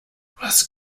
was